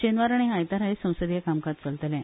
शेनवारा आनी आयताराय संसदीय कामकाज चलतलें